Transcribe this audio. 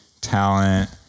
talent